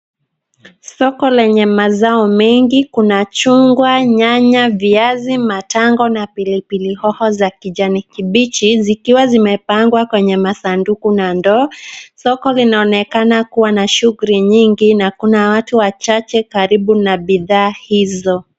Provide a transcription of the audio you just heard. Soko lenye mazao mengi, kuna chungwa, nyanya, viazi, matango na pilipili hoho za kijani kibichi zikiwa zimepangwa kwenye masanduku na ndoo. Soko linaonekana kuwa na shughuli nyingi na kuna watu wachache karibu na bidhaa hizo.